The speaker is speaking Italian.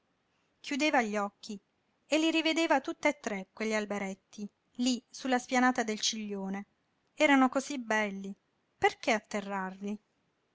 chiudeva gli occhi e li rivedeva tutt'e tre quegli alberetti lí sulla spianata del ciglione erano cosí belli perché atterrarli